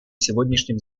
сегодняшнем